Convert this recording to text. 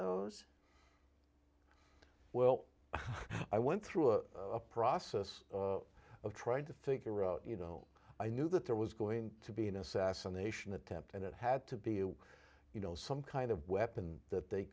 those well i went through a process of trying to figure out you know i knew that there was going to be an assassination attempt and it had to be you you know some kind of weapon that they